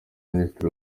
minisitiri